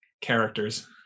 characters